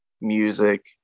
music